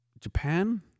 Japan